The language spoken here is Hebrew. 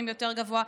11% יותר גבוה,